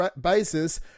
basis